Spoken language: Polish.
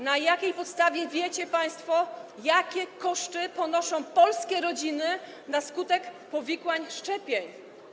Na jakiej podstawie wiecie państwo, jakie koszty ponoszą polskie rodziny na skutek powikłań szczepień?